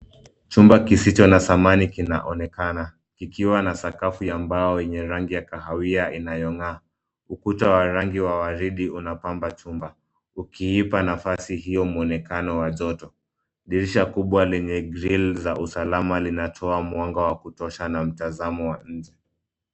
Chumba kisicho na samani kinaonekana kikiwa na sakafu ya mbao yenye rangi ya kahawia inayong'aa. Ukuta wa rangi wa waridi unapamba chumba ukiipa nafasi hio mwonekano wa joto. Dirisha kubwa lenye grill za usalama linatoa mwanga wa kutosha na mtazamo wa nje.